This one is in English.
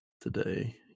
today